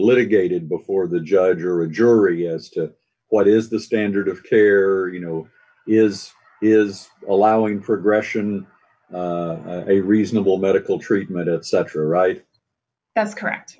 litigated before the judge or a jury as to what is the standard of care you know is is allowing progression a reasonable medical treatment etc right that's correct